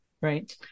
Right